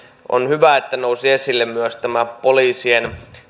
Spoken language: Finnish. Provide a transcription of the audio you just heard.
on hyvä että nousi esille myös tämä poliisien